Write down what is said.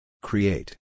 Create